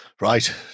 Right